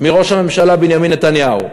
מראש הממשלה בנימין נתניהו,